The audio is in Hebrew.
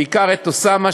בעיקר את אוסאמה,